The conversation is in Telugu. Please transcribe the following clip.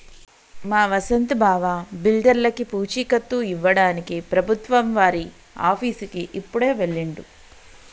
మా వసంత్ బావ బిడ్డర్లకి పూచీకత్తు ఇవ్వడానికి ప్రభుత్వం వారి ఆఫీసుకి ఇప్పుడే వెళ్ళిండు